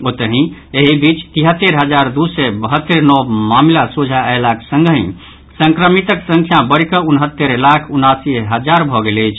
ओतहि एहि बीच तिहत्तरि हजार दू सय बहत्तरि नव मामिला सोझा अयलाक संगहि संक्रमितक संख्या बढ़िकऽ उनहत्तरि लाख उनासी हजार भऽ गेल अछि